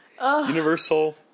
universal